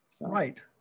Right